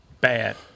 bad